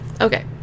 Okay